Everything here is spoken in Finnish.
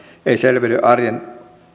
ei selviydy arjestaan